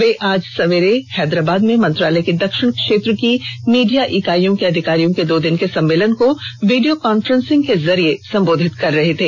वे आज सवेरे हैदराबाद में मंत्रालय की दक्षिण क्षेत्र की मीडिया इकाईयों के अधिकारियों के दो दिन के सम्मेलन को वीडियो कांफ्रेंसिंग के जरिये संबोधित कर रहे थे